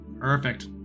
Perfect